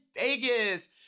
Vegas